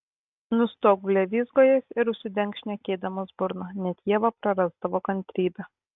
nustok blevyzgojęs ir užsidenk šnekėdamas burną net ieva prarasdavo kantrybę